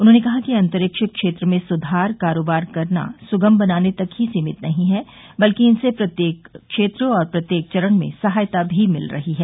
उन्होंने कहा कि अंतरक्षि क्षेत्र में सुधार कारोबार करना सुगम बनाने तक ही सीमित नहीं हैं बल्कि इनसे प्रत्येक क्षेत्र और प्रत्येक चरण में सहायता भी मिल रही है